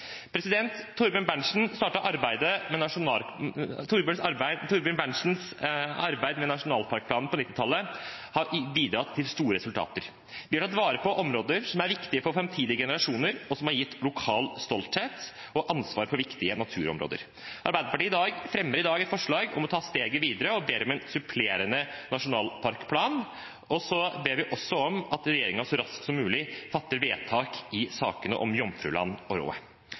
arbeid med nasjonalparkplanen på 1990-tallet har bidratt til store resultater. Vi har tatt vare på områder som er viktige for framtidige generasjoner, og som har gitt lokal stolthet og ansvar for viktige naturområder. Arbeiderpartiet fremmer i dag et forslag om å ta steget videre og ber om en supplerende nasjonalparkplan, og vi ber også om at regjeringen så raskt som mulig fatter vedtak i sakene om Jomfruland og